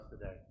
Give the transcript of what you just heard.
today